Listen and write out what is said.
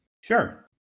sure